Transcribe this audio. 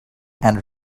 and